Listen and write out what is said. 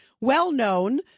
well-known